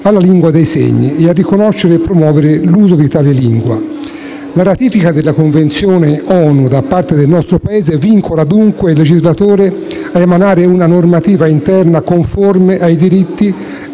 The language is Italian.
alla lingua dei segni e a riconoscere e promuovere l'uso di tale lingua. La ratifica della Convenzione ONU da parte del nostro Paese vincola dunque il legislatore a emanare una normativa interna conforme ai diritti